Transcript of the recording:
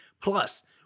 Plus